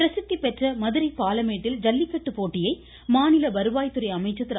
பிரசித்திபெற்ற மதுரை பாலமேட்டில் ஜல்லிக்கட்டு போட்டியை மாநில வருவாய் துறை அமைச்சர் திரு